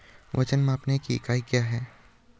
वजन मापने की इकाई क्या है?